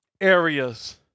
areas